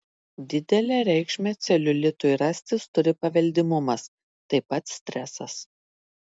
didelę reikšmę celiulitui rastis turi paveldimumas taip pat stresas